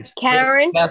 Karen